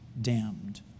damned